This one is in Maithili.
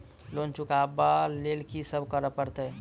लोन चुका ब लैल की सब करऽ पड़तै?